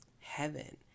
heaven